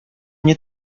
nie